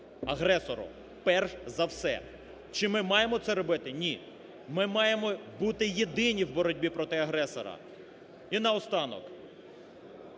агресору перш за все. Чи ми маємо це робити? Ні. Ми маємо бути єдині в боротьбі проти агресора. І наостанок.